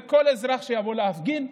כל אזרח שיבוא להפגין,